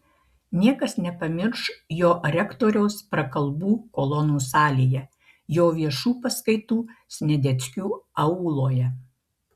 niekas nepamirš jo rektoriaus prakalbų kolonų salėje jo viešų paskaitų sniadeckių auloje